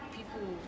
People